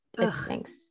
thanks